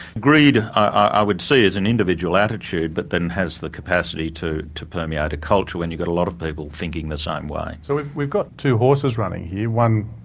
greed, i would see as an individual attitude but then has the capacity to to permeate a culture when you've got a lot of people thinking the same way. so, we've, we've got two horses running here, one,